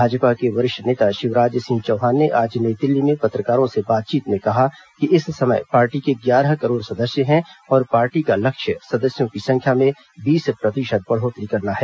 भाजपा के वरिष्ठ नेता शिवराज सिंह चौहान ने आज नई दिल्ली में पत्रकारों से बातचीत में कहा कि इस समय पार्टी के ग्यारह करोड़ सदस्य हैं और पार्टी का लक्ष्य सदस्यों की संख्या में बीस प्रतिशत बढ़ोतरी करना है